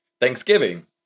Thanksgiving